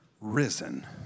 risen